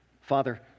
Father